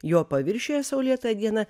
jo paviršiuje saulėtą dieną